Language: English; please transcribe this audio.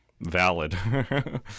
valid